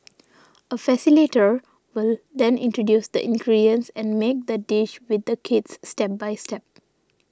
a facilitator will then introduce the ingredients and make the dish with the kids step by step